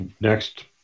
next